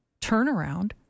turnaround